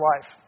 life